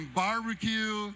barbecue